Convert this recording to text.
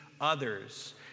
others